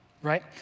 right